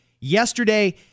Yesterday